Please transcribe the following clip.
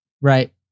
Right